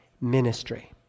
ministry